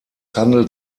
handelt